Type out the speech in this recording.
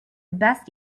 best